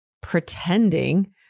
pretending